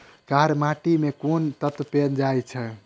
कार्य माटि मे केँ कुन तत्व पैल जाय छै?